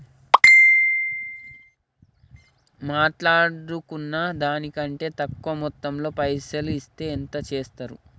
మాట్లాడుకున్న దాని కంటే తక్కువ మొత్తంలో పైసలు ఇస్తే ఏం చేత్తరు?